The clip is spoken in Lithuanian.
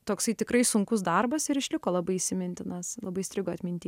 toksai tikrai sunkus darbas ir išliko labai įsimintinas labai įstrigo atminty